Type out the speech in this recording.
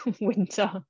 winter